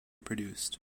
produced